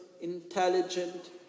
intelligent